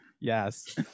Yes